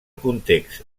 context